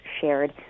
shared